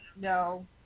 no